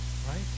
right